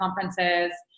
conferences